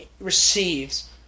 receives